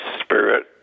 spirit